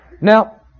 Now